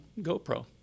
GoPro